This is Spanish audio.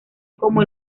como